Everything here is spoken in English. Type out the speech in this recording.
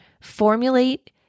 formulate